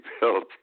built